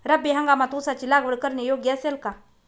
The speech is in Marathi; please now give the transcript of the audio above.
रब्बी हंगामात ऊसाची लागवड करणे योग्य असेल का?